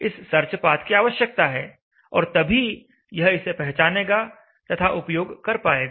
इस search path की आवश्यकता है और तभी यह इसे पहचानेगा तथा उपयोग कर पाएगा